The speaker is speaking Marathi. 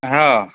हो